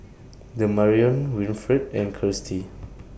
Damarion Winfred and Kirstie